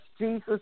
Jesus